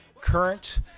current